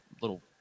little